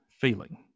feeling